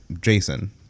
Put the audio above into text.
Jason